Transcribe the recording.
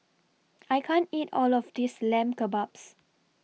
I can't eat All of This Lamb Kebabs